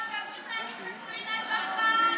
אדוני היושב-ראש,